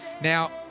Now